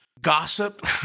gossip